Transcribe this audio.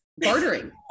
bartering